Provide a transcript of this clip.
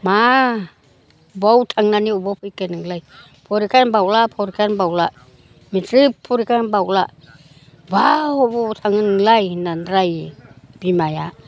मा बबाव थांनानै बबाव फैखो नोंलाय फरिखायानो बावला फरिखायानो बावला मेट्रिक फरिखायानो बावला बबाव बबाव थाङो नोंलाय होननानै रायो बिमाया